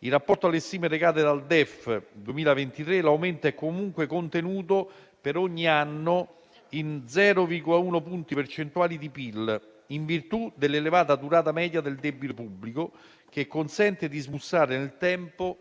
In rapporto alle stime recate dal DEF 2023, l'aumento è comunque contenuto per ogni anno in 0,1 punti percentuali di PIL, in virtù dell'elevata durata media del debito pubblico, che consente di smussare nel tempo